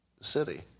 city